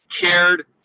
Cared